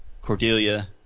Cordelia